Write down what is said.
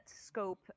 scope